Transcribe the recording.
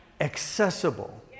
accessible